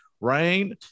rain